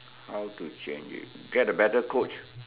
how to change get a better Coach